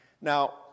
Now